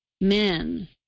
Men